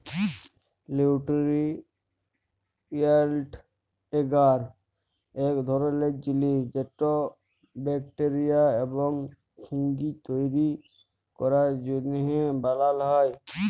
লিউটিরিয়েল্ট এগার ইক ধরলের জিলিস যেট ব্যাকটেরিয়া এবং ফুঙ্গি তৈরি ক্যরার জ্যনহে বালাল হ্যয়